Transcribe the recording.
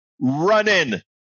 running